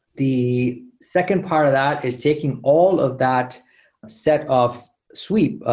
the second part of that is taking all of that set of sweep,